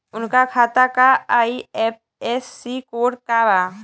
उनका खाता का आई.एफ.एस.सी कोड का बा?